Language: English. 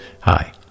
Hi